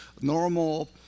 normal